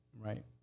right